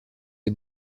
est